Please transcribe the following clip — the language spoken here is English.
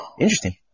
Interesting